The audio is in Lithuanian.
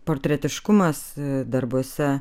portretiškumas darbuose